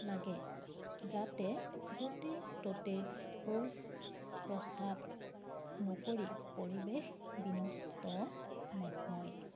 লাগে যাতে য'তে ত'তে শৌচ প্ৰস্ৰাৱ নকৰি পৰিৱেশ বিনষ্ট নহয়